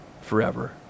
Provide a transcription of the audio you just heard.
forever